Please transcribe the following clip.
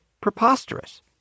preposterous